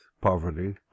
poverty